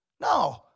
No